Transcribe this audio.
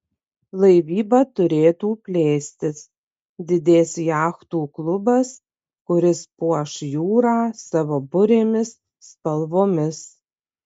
laivyba turėtų plėstis didės jachtų klubas kuris puoš jūrą savo burėmis spalvomis